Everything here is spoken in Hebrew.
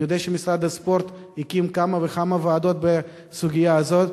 אני יודע שמשרד הספורט הקים כמה וכמה ועדות בסוגיה הזאת.